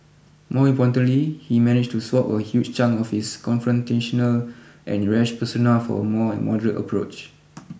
more importantly he managed to swap a huge chunk of his confrontational and rash persona for a more moderate approach